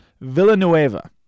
Villanueva